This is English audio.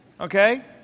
Okay